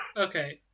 okay